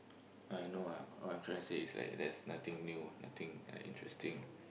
I know what what I'm trying say there's nothing new nothing interesting